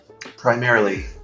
Primarily